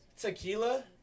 tequila